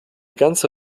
ganze